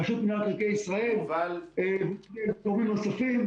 רשות מנהל מקרקעי ישראל וגורמים נוספים,